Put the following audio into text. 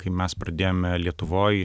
kai mes pradėjome lietuvoj